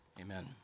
amen